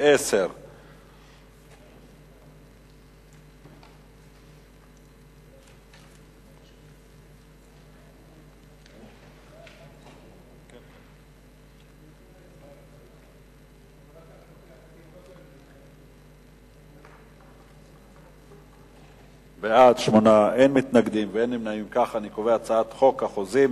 2010. ההצעה להעביר את הצעת חוק החוזים